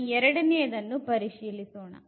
ಈಗ ಎರಡನೆಯದನ್ನು ಪರಿಶೀಲಿಸೋಣ